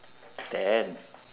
ten